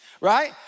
right